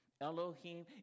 Elohim